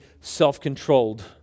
self-controlled